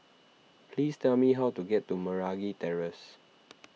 please tell me how to get to Meragi Terrace